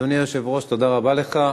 אדוני היושב-ראש, תודה רבה לך.